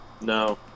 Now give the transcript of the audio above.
No